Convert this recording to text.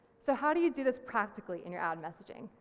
so how do you do this practically in your ad messaging?